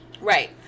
Right